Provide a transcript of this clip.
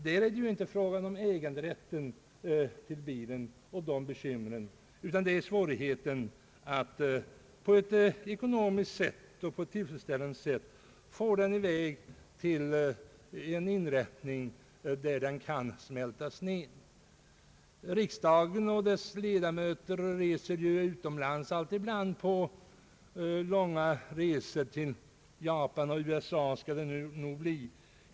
Det är här inte fråga om äganderätten till bilen, utan om svårigheten att på ett ekonomiskt och i övriga avseenden tillfredsställande sätt transportera bilen till en inrättning där den kan smältas ner. Riksdagsledamöterna reser ju emellanåt utomlands på långa färder. Det lär bli Japan och USA nästa gång.